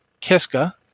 Kiska